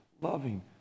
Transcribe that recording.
loving